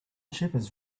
shepherds